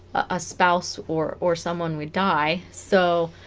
a spouse or or someone we die so